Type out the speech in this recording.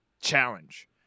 challenge